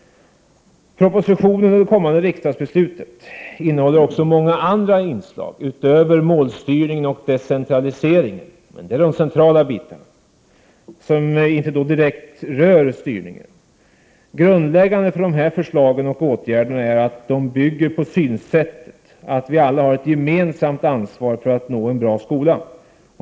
Propositionen och det kommande riksdagsbeslutet innehåller många andra inslag utöver målstyrning och decentralisering, även om dessa är de centrala frågorna, som inte direkt rör styrningen. Grundläggande för förslagen och åtgärderna är att de bygger på synsättet att vi alla har ett gemensamt ansvar för att nå en bra skola.